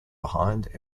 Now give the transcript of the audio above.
behind